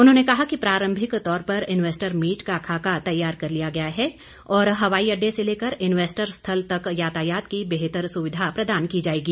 उन्होंने कहा कि प्रारम्भिक तौर पर इन्वेस्टर मीट का खाका तैयार कर लिया गया है और हवाई अड़डे से लेकर इन्वेस्टर स्थल तक यातायात की बेहतर सुविधा प्रदान की जाएगी